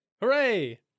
Hooray